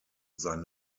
sein